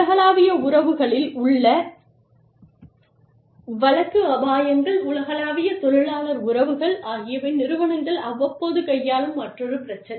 உலகளாவிய உறவுகளில் உள்ள வழக்கு அபாயங்கள் உலகளாவிய தொழிலாளர் உறவுகள் ஆகியவை நிறுவனங்கள் அவ்வப்போது கையாளும் மற்றொரு பிரச்சினை